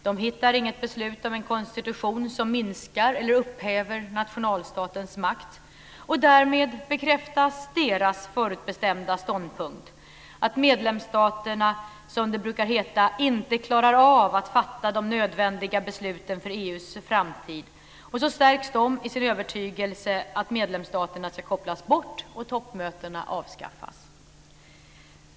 De hittar inget beslut om en konstitution som minskar eller upphäver nationalstatens makt, och därmed bekräftas deras förutbestämda ståndpunkt: att medlemsstaterna, som det brukar heta, inte "klarar av att fatta de nödvändiga besluten för EU:s framtid"; och så stärks de i sin övertygelse att medlemsstaterna ska kopplas bort och toppmötena avskaffas.